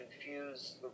confuse